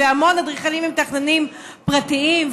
והמון אדריכלים ומתכננים פרטיים,